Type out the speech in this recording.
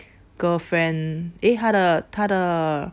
girlfriend eh 他的他的